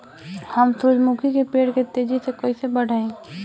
हम सुरुजमुखी के पेड़ के तेजी से कईसे बढ़ाई?